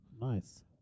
Nice